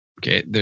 Okay